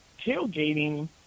tailgating